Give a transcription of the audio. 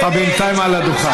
אתה בינתיים על הדוכן.